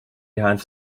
behind